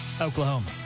Oklahoma